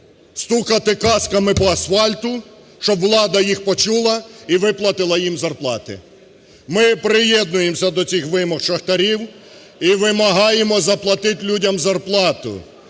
стукати касками по асфальту, щоб влада їх почула і виплатила їм зарплати. Ми приєднуємося до цих вимог шахтарів і вимагаємо заплатити людям зарплату.